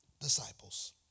disciples